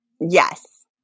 Yes